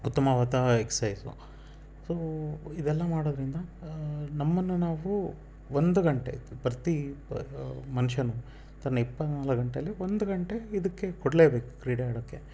ಉತ್ತಮವಾದ exercise so ಇದೆಲ್ಲ ಮಾಡೋದರಿಂದ ನಮ್ಮನ್ನು ನಾವು ಒಂದು ಗಂಟೆ ಪ್ರತಿ ಮನುಷ್ಯನು ತನ್ನ ಇಪ್ಪತ್ನಾಲ್ಕು ಗಂಟೆಯಲ್ಲಿ ಒಂದು ಗಂಟೆ ಇದಕ್ಕೆ ಕೊಡಲೇ ಬೇಕು ಕ್ರೀಡೆ ಆಡೋಕ್ಕೆ